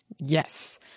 Yes